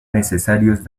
necesarios